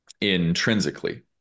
intrinsically